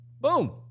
Boom